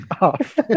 off